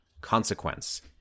consequence